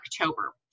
October